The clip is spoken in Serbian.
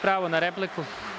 Pravo na repliku.